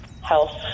health